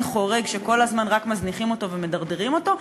חורג שכל הזמן רק מזניחים אותו ומדרדרים אותו,